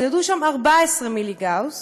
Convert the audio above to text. מדדו שם 14 מיליגאוס,